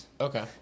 Okay